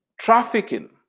trafficking